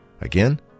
Again